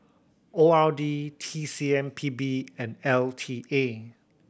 O R D T C M P B and L T A